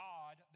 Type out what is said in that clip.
God